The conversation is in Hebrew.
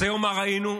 אז היום מה ראינו?